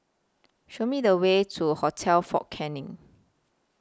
Show Me The Way to Hotel Fort Canning